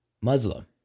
Muslim